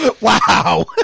Wow